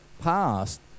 past